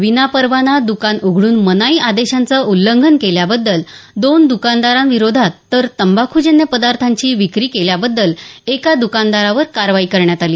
विनापरवाना दुकान उघडून मनाई आदेशाचं उल्लंघन केल्याबद्दल दोन द्कानदाराविरोधात तर तंबाखूजन्य पदार्थांची विक्री केल्याबद्दल एका दुकानदारावर कारवाई करण्यात आली